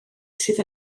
sydd